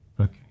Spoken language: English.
Okay